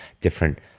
different